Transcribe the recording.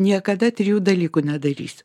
niekada trijų dalykų nedarysiu